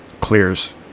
clears